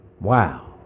Wow